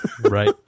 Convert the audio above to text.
Right